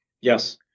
Yes